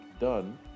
done